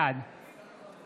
בעד